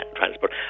transport